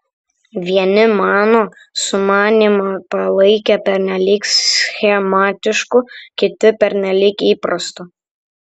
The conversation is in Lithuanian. vieni mano sumanymą palaikė pernelyg schematišku kiti pernelyg įprastu